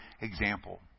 example